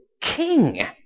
king